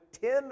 ten